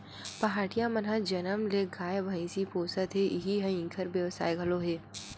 पहाटिया मन ह जनम ले गाय, भइसी पोसत हे इही ह इंखर बेवसाय घलो हे